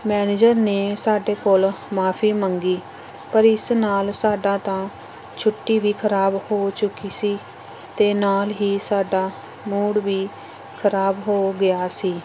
manager ਨੇ ਸਾਡੇ ਕੋਲੋਂ ਮਾਫ਼ੀ ਮੰਗੀ ਪਰ ਇਸ ਨਾਲ ਸਾਡਾ ਤਾਂ ਛੁੱਟੀ ਵੀ ਖ਼ਰਾਬ ਹੋ ਚੁੱਕੀ ਸੀ ਅਤੇ ਨਾਲ ਹੀ ਸਾਡਾ ਮੂਡ ਵੀ ਖ਼ਰਾਬ ਹੋ ਗਿਆ ਸੀ